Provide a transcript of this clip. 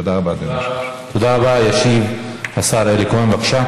תודה רבה, אדוני היושב-ראש.